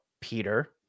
Peter